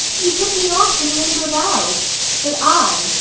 you put me off with limber vows but i,